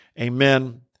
Amen